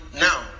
now